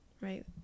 right